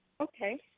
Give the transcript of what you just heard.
Okay